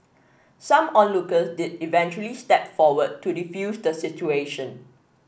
some onlookers did eventually step forward to defuse the situation